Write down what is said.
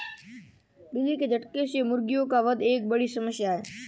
बिजली के झटके से मुर्गियों का वध एक बड़ी समस्या है